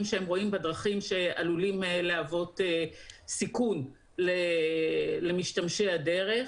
שהם רואים בדרכים שעלולים להוות סיכון למשתמשי הדרך.